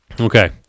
Okay